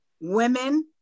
women